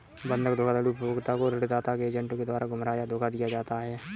बंधक धोखाधड़ी उपभोक्ता को ऋणदाता के एजेंटों द्वारा गुमराह या धोखा दिया जाता है